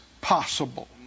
possible